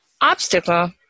obstacle